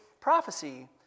prophecy